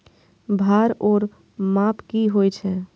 भार ओर माप की होय छै?